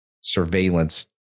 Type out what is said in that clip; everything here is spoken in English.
surveillance